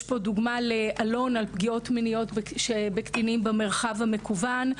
יש פה דוגמה לעלון על פגיעות מיניות בקטינים במרחב המקוון,